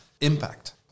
impact